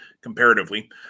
comparatively